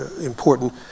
important